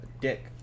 Dick